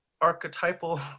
archetypal